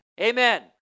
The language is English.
Amen